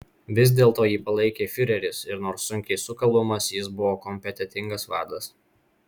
vis dėlto jį palaikė fiureris ir nors sunkiai sukalbamas jis buvo kompetentingas vadas